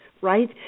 right